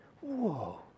Whoa